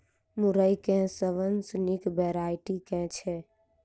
मुरई केँ सबसँ निक वैरायटी केँ छै?